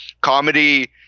Comedy